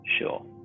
Sure